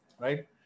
right